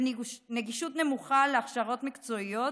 בנגישות נמוכה של הכשרות מקצועיות